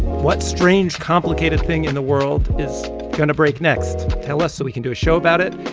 what strange, complicated thing in the world is going to break next? tell us so we can do a show about it.